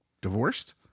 divorced